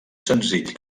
senzill